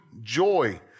joy